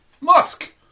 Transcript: Musk